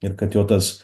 ir kad jo tas